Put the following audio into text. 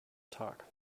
tag